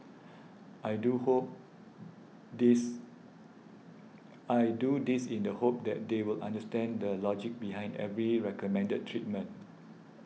I do hope this I do this in the hope that they will understand the logic behind every recommended treatment